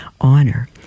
honor